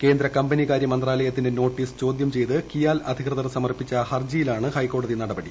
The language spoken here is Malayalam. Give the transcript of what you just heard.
കേന്ദ്ര കമ്പനികാര്യ മന്ത്രാലയത്തിന്റെ നോട്ടീസ് ചോദ്യം ചെയ്ത് കിയാൽ അധികൃതർ സമർപ്പിച്ച ഹർജിയിലാണ് ഹൈക്കോടതി നടപടി